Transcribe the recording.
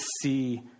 see